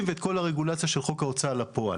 ואת כל הרגולציה של חוק ההוצאה לפועל.